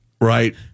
Right